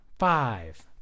Five